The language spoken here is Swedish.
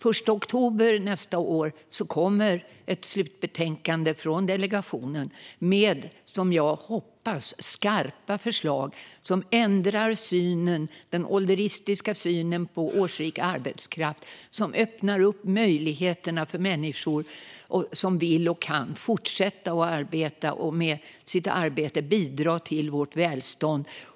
Den 1 oktober nästa år kommer ett slutbetänkande från delegationen med, som jag hoppas, skarpa förslag som ändrar den ålderistiska synen på årsrik arbetskraft, som innebär möjligheter för människor som vill och kan att fortsätta arbeta och bidra till vårt välstånd.